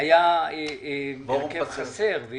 היה הרכב חסר.